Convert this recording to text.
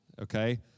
okay